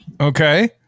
Okay